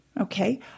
Okay